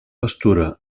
pastura